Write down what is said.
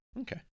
okay